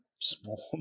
small